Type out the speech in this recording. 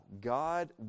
God